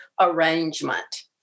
arrangement